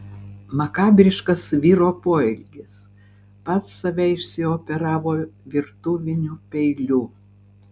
makabriškas vyro poelgis pats save išsioperavo virtuviniu peiliu